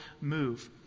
move